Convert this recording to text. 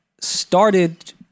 started